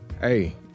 Hey